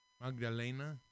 Magdalena